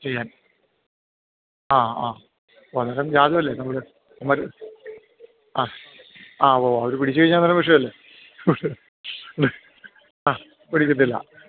ചെയ്യാന് ആ ആ പലതും വ്യാജമല്ലേ നമ്മൾ മരു ആ ആ ഉവ്വ ഉവ്വ അവർ പിടിച്ച് കഴിഞ്ഞാൽ അന്നേരം വിഷയമല്ലേ ആ ഇവിടെ ഇരിപ്പില്ല